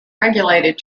regulated